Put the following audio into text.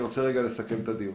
אני רוצה לסכם את הדיון.